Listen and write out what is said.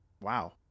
Wow